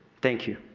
thank you.